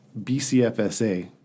BCFSA